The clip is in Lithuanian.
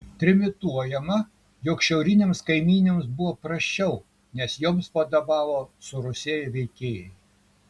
trimituojama jog šiaurinėms kaimynėms buvo prasčiau nes joms vadovavo surusėję veikėjai